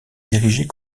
dirigée